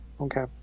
Okay